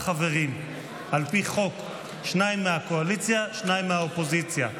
חברים על פי חוק: שניים מהקואליציה ושניים מהאופוזיציה.